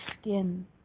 skin